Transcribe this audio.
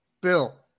Bill